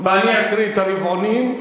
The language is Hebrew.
ואני אקריא את הרבעונים.